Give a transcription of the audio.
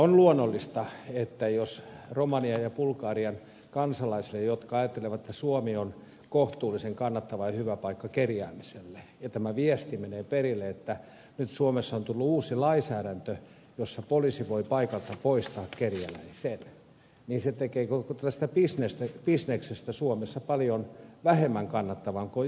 on luonnollista että jos romanian ja bulgarian kansalaisille jotka ajattelevat että suomi on kohtuullisen kannattava ja hyvä paikka kerjäämiselle tämä viesti menee perille että nyt suomessa on tullut uusi lainsäädäntö jossa poliisi voi paikalta poistaa kerjäläisen se tekee koko tästä bisneksestä suomessa paljon vähemmän kannattavan kuin jossakin toisessa maassa